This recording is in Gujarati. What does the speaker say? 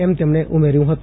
એમ તેમણે ઉમેર્યું હતું